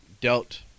dealt